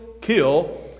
kill